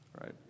right